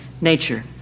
nature